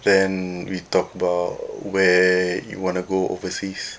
then we talk about where you want to go overseas